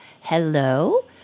Hello